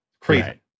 Crazy